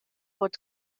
fod